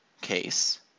case